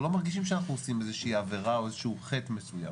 אנחנו לא מרגישים שאנחנו עושים איזושהי עבירה או איזשהו חטא מסוים.